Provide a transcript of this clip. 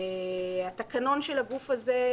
התקנון של הגוף הזה,